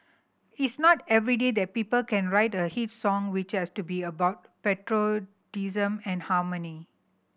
it's not every day that people can write a hit song which has to be about patriotism and harmony